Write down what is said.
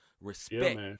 Respect